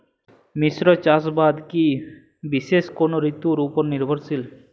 মিশ্র চাষাবাদ কি বিশেষ কোনো ঋতুর ওপর নির্ভরশীল?